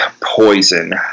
poison